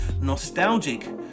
nostalgic